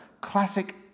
classic